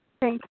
Thank